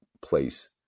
place